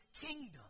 kingdom